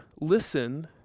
listen